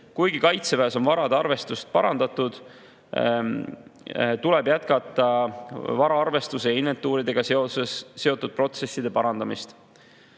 Kuigi Kaitseväes on vara arvestust parandatud, tuleb jätkata vara arvestuse ja inventuuriga seotud protsesside parandamist.